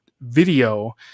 video